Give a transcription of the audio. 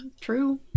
true